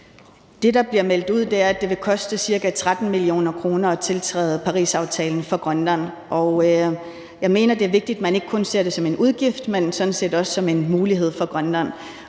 Det, der bliver meldt ud, er, at det vil koste ca. 13 mio. kr. for Grønland at tiltræde Parisaftalen, og jeg mener, det er vigtigt, at man ikke kun ser det som en udgift, men sådan set også som en mulighed for Grønland.